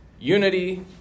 Unity